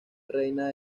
reina